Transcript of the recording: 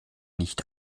nicht